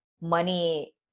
money